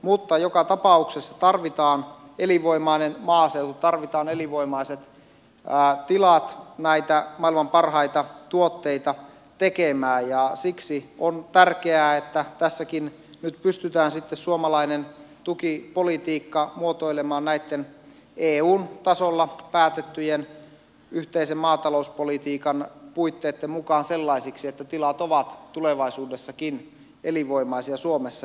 mutta joka tapauksessa tarvitaan elinvoimainen maaseutu tarvitaan elinvoimaiset tilat näitä maailman parhaita tuotteita tekemään ja siksi on tärkeää että tässäkin nyt pystytään suomalainen tukipolitiikka muotoilemaan näitten eun tasolla päätettyjen yhteisen maatalouspolitiikan puitteitten mukaan sellaiseksi että tilat ovat tulevaisuudessakin elinvoimaisia suomessa